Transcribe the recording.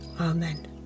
Amen